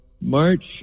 March